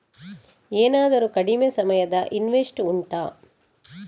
ಏನಾದರೂ ಕಡಿಮೆ ಸಮಯದ ಇನ್ವೆಸ್ಟ್ ಉಂಟಾ